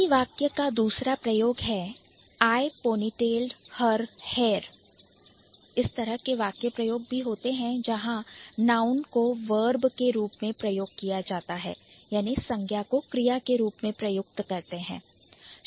इसी वाक्य का दूसरा प्रयोग है I ponytailed her hair I ponytailed her hair इस तरह के वाक्य प्रयोग भी होते हैं जहां Noun संज्ञा को Verb क्रिया के रूप में प्रयोग किया जाता है